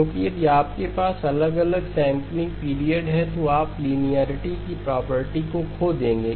क्योंकि यदि आपके पास अलग अलग सैंपलिंग पीरियड है तो आप लिनियेरिटी की प्रॉपर्टी को खो देंगे